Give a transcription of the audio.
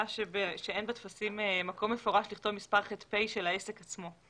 שאין בטפסים מקום מפורש לכתוב מספר ח"פ של העסק עצמו.